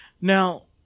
Now